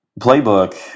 playbook